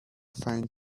find